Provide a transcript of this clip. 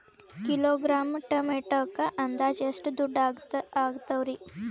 Kilogram ಟೊಮೆಟೊಕ್ಕ ಅಂದಾಜ್ ಎಷ್ಟ ದುಡ್ಡ ಅಗತವರಿ?